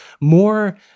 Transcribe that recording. more